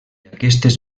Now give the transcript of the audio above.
aquestes